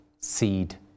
seed